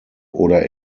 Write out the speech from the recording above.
oder